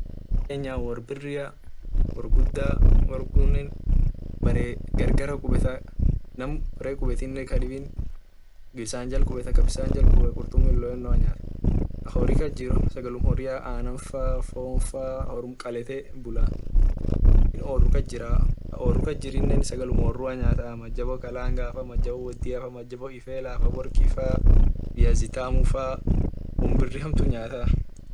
Wor kenyan wor biri wor guda workunen bare gargara kubeta nam dibine bisan jan kubeta kabisan jal kubet qurtumi loeta kaa hori kasjir sagale horia anan faa fon faa kaa oru kasjir sagalum horia nyata majabo kalanga faa majabo wodiafa viazi tamu faa won biri nyata.